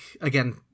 again